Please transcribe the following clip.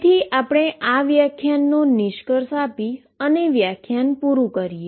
તેથી આપણે આ વ્યાખ્યાનનો નિષ્કર્ષ આપી અને વ્યાખ્યાન પુરુ કરીએ